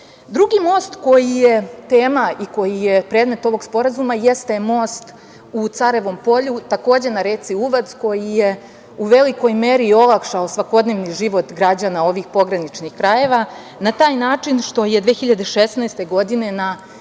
most koji je tema i koji je predmet ovog sporazuma je most u Carevom Polju, takođe, na reci Uvac koji je u velikoj meri olakšao svakodnevni život građana ovih pograničnih krajeva na taj način što je 2016. godine na